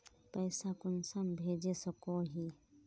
पैसा कुंसम भेज सकोही?